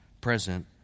present